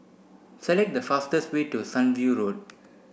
select the fastest way to Sunview Road